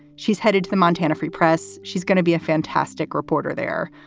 she's headed to the montana free press. she's gonna be a fantastic reporter there.